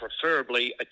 preferably